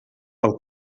pel